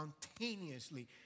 spontaneously